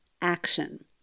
action